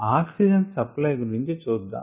oxygen supply గురించి చూద్దాం